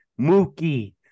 Mookie